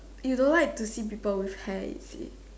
you don't like to see people with hair is it